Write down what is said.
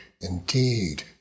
indeed